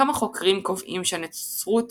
כמה חוקרים קובעים שהנצרות